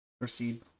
Proceed